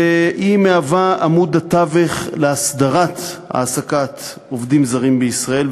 וזהו עמוד התווך להסדרת העסקת עובדים זרים בישראל.